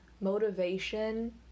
motivation